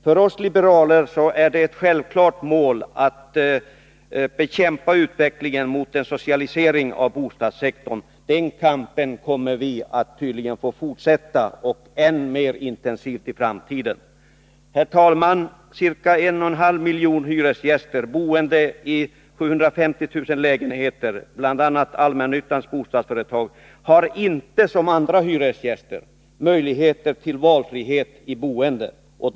För oss liberaler är det ett självklart mål att bekämpa utvecklingen mot en socialisering av bostadssektorn. Den kampen kommer vi tydligen att få fortsätta — än mer intensivt i framtiden. Herr talman! Ca 11/2 miljon hyresgäster boende i 750 000 lägenheter, bl.a. allmännyttans bostadsföretag, har inte, som andra hyresgäster, möjligheter till valfrihet i boendet.